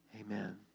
Amen